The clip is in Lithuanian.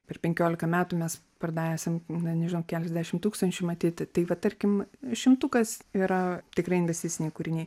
per penkiolika metų mes pardavę esam na nežinau keliasdešimt tūkstančių matyt tai bet tarkim šimtukas yra tikrai investiciniai kūriniai